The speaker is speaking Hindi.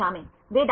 छात्र PISCES